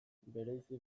bereizi